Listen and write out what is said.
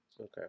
Okay